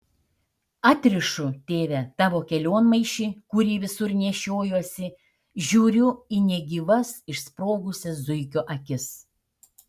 atrišu tėve tavo kelionmaišį kurį visur nešiojuosi žiūriu į negyvas išsprogusias zuikio akis